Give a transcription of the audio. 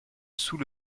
sous